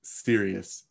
serious